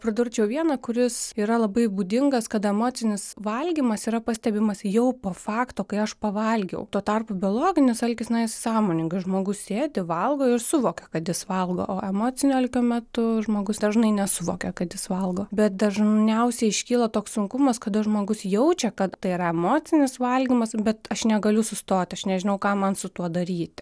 pridurčiau vieną kuris yra labai būdingas kad emocinis valgymas yra pastebimas jau po fakto kai aš pavalgiau tuo tarpu biologinis alkis na jis sąmoningas žmogus sėdi valgo ir suvokia kad jis valgo o emocinio alkio metu žmogus dažnai nesuvokia kad jis valgo bet dažniausiai iškyla toks sunkumas kada žmogus jaučia kad tai yra emocinis valgymas bet aš negaliu sustoti aš nežinau ką man su tuo daryti